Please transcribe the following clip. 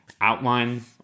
Outline